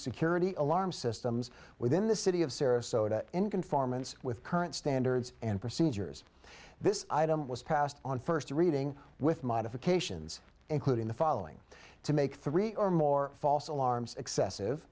security alarm systems within the city of sarasota in conformance with current standards and procedures this item was passed on first reading with modifications including the following to make three or more false alarms excessive